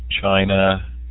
China